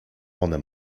one